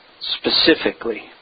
specifically